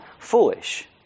foolish